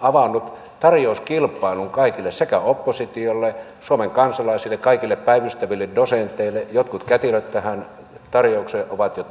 avannut tarjouskilpailun kaikille oppositiolle suomen kansalaisille kaikille päivystäville dosenteille jotkut kätilöt tähän tarjoukseen ovat jo tarttuneet